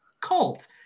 cult